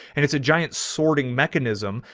and it's a giant sorting mechanism,